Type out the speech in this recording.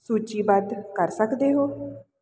ਸੂਚੀਬੱਧ ਕਰ ਸਕਦੇ ਹੋ